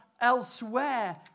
elsewhere